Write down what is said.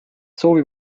soovib